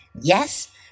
Yes